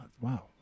wow